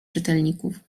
czytelników